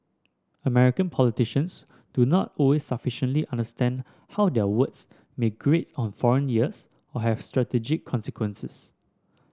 American politicians do not always sufficiently understand how their words may grate on foreign ears or have strategic consequences